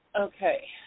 Okay